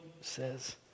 says